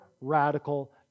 radical